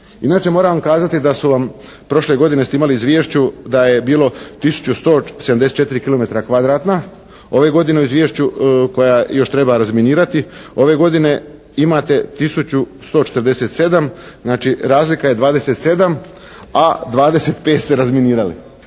Inače moram vam kazati da su vam prošle godine ste imali u izvješću da je bilo tisuću 174 kilometra kvadratna, ove godine u izvješću koja još treba razminirati. Ove godine imate tisuću 147, znači razlika je 27, a 25 ste razminirali.